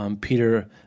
Peter